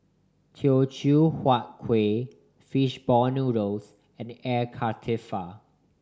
Teochew Huat Kueh fishball noodles and Air Karthira